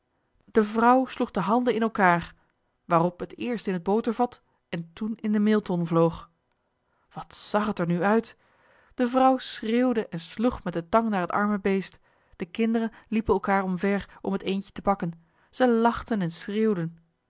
de vrouw sloeg de handen in elkaar waarop het eerst in het botervat en toen in de meelton vloog wat zag het er nu uit de vrouw schreeuwde en sloeg met de tang naar het arme beest de kinderen liepen elkaar omver om het eendje te pakken zij lachten en schreeuwden